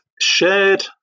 shared